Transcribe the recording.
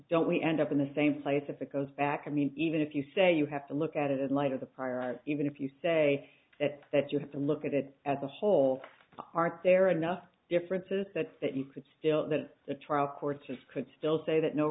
don't we end up in the same place if it goes back i mean even if you say you have to look at it in light of the prior art even if you say that you have to look at it as a whole art there are enough differences that you could still that the trial court just could still say that no